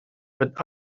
but